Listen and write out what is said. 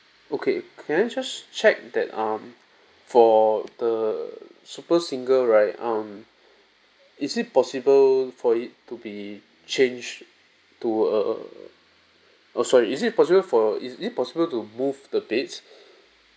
okay can I just check that um for the super single right um is it possible for it to be changed to err sorry is it possible for is it possible to move the beds